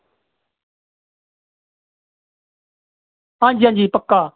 हां जी हां जी पक्का